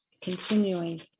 continuing